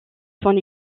son